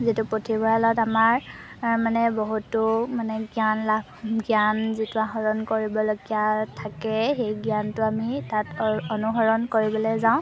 যিটো পুথিভঁৰালত আমাৰ মানে বহুতো মানে জ্ঞান লাভ জ্ঞান যিটো আহৰণ কৰিবলগীয়া থাকে সেই জ্ঞানটো আমি তাত অনু অনুসৰণ কৰিবলৈ যাওঁ